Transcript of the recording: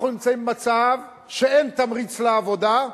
אנחנו נמצאים במצב שאין תמריץ לעבודה,